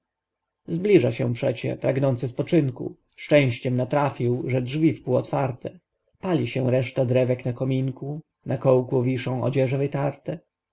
zbliża się przecie pragnący spoczynku szczęściem natrafił że drzwi wpół otwarte pali się reszta drewek na kominku na kołku wiszą odzieże wytarte